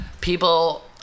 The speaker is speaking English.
people